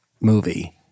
movie